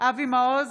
אבי מעוז,